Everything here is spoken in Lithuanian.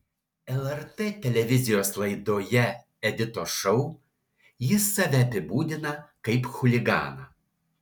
lrt televizijos laidoje editos šou jis save apibūdina kaip chuliganą